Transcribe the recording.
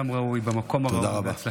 אדם ראוי במקום הראוי.